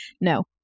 No